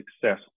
success